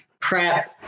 PrEP